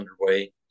underway